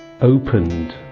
opened